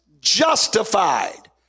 justified